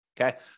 Okay